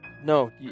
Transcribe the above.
No